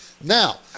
Now